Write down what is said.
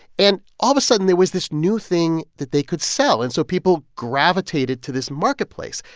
and all of a sudden, there was this new thing that they could sell. and so people gravitated to this marketplace,